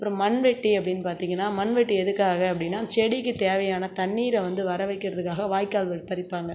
அப்புறம் மண்வெட்டி அப்படின் பார்த்தீங்கனா மண்வெட்டி எதுக்காக அப்படின்னா செடிக்கு தேவையான தண்ணீரை வந்து வர வைக்கிறதுக்காக வாய்க்கால் வெட் பறிப்பாங்க